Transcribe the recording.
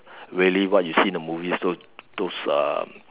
really what you see in the movies those those um